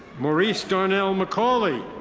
maurice darnell macauley.